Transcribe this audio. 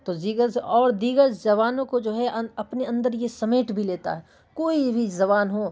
تو جگز اور دیگر زبانوں کو جو ہے اپنے اندر یہ سمیٹ بھی لیتا ہے کوئی بھی زبان ہو